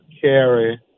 carry